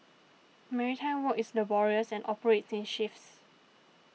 maritime work is laborious and operates in shifts